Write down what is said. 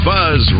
Buzz